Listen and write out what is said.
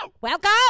Welcome